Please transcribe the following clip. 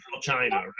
China